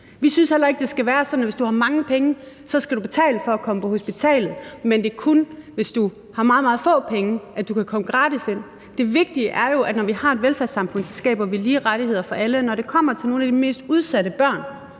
Vi synes heller ikke, det skal være sådan, at hvis du har mange penge, skal du betale for at komme på hospitalet, og kun hvis du har meget, meget få penge, kan du komme gratis ind. Det vigtige er jo, at vi, når vi har et velfærdssamfund, skaber lige rettigheder for alle. Når det kommer til nogle af de mest udsatte børn,